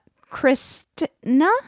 Christina